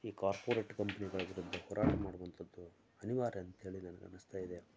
ಈ ಕಾರ್ಪೋರೇಟ್ ಕಂಪ್ನಿಗಳ ವಿರುದ್ಧ ಹೋರಾಟ ಮಾಡುವಂಥದ್ದು ಅನಿವಾರ್ಯ ಅಂತ ಹೇಳಿ ನನಗನ್ನಿಸ್ತಾ ಇದೆ